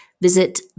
visit